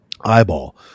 eyeball